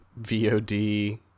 VOD